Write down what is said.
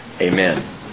Amen